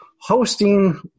hosting